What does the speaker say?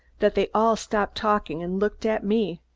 that they all stopped talking and looked at me,